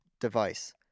device